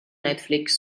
netflix